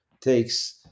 takes